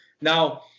Now